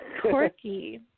Quirky